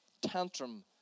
tantrum